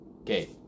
Okay